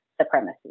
supremacy